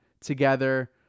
together